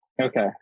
Okay